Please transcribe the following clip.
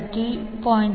691330